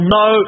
no